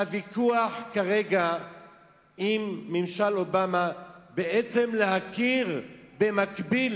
שהוויכוח כרגע עם ממשל אובמה הוא על להכיר במקביל,